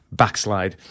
backslide